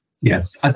yes